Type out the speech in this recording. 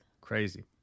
Crazy